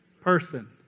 person